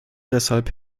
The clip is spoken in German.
deshalb